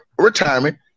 retirement